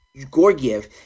Gorgiev